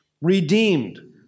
redeemed